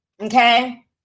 Okay